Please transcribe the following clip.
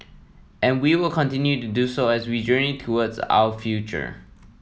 and we will continue to do so as we journey towards our future